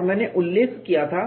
और मैंने उल्लेख किया था